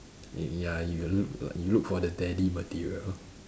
ya you will look you look for the daddy material